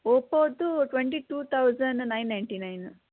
ಓಪ್ಪೋದ್ದು twenty two thousand nine ninety nine